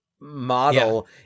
model